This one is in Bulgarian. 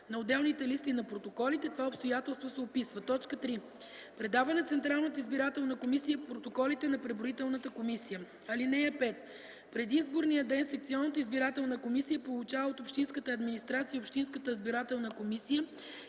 на отделните листи на протоколите, това обстоятелство се описва; 3. предава на Централната избирателна комисия протоколите на преброителната комисия (5) Преди изборния ден секционната избирателна комисия получава от общинската администрация и от общинската избирателна комисия